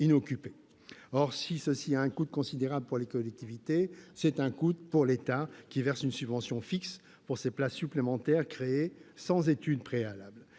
Or, si cela a un coût considérable pour les collectivités, il en va de même pour l'État, qui verse une subvention fixe pour des places supplémentaires créées sans étude préalable.